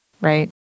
right